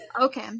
Okay